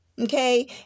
Okay